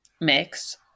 mix